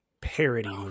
parody